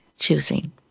choosing